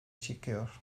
çekiyor